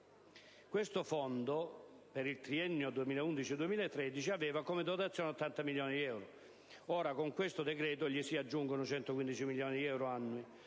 Questo fondo, per il triennio 2011-2013, aveva come dotazione 80 milioni di euro. Ora, con il decreto in esame gli si aggiungono 115 milioni di euro annui.